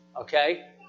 Okay